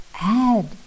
add